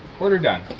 quarter done.